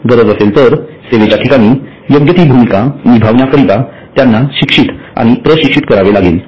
गरज असेल तर सेवेच्या ठिकाणी योग्य ती भूमिका निभावण्याकरिता त्यांना शिक्षित आणि प्रशिक्षित करावे लागेल